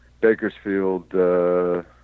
Bakersfield